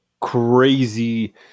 crazy